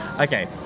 okay